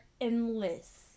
endless